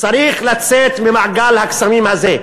צריך לצאת ממעגל הקסמים הזה,